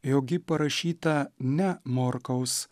jog ji parašyta ne morkaus